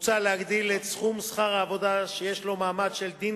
מוצע להגדיל את סכום שכר העבודה שיש לו מעמד של דין